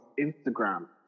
Instagram